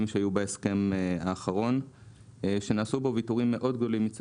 שהיו בהסכם האחרון שנעשו בו ויתורים מאוד גדולים,